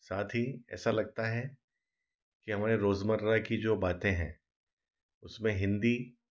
साथ हीं ऐसा लगता है की हमारे रोजमर्रा की जो बातें हैं उसमें हिंदी